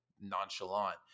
nonchalant